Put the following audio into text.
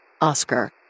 Oscar